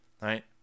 Right